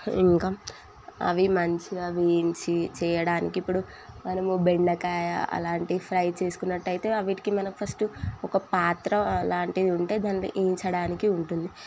ఇంకా అవి మంచిగా వేయించి చేయడానికి ఇప్పుడు మనము బెండకాయ అలాంటి ఫ్రై చేసుకున్నట్టయితే వీటికి మనకి ఫస్టు ఒక పాత్ర లాంటిది ఉంటే దాంట్లో వేయించడానికి ఉంటుంది